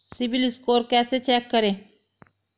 CIBIL score कैसे check करें?